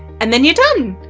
and then you're done!